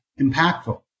impactful